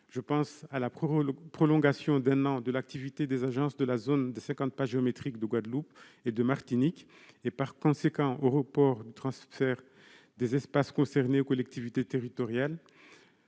Je pense à la prolongation d'un an de l'activité des agences des cinquante pas géométriques de la Guadeloupe et de la Martinique et, par conséquent, au report du transfert des espaces concernés aux collectivités territoriales.